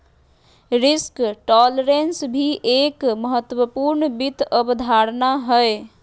risk tolerance भी एक महत्वपूर्ण वित्त अवधारणा हय